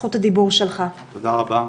תודה רבה.